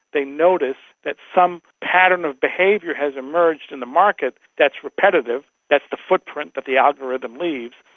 they notice that some pattern of behaviour has emerged in the market that's repetitive, that's the footprint that the algorithm leaves,